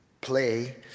play